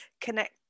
connect